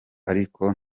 ariko